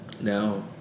Now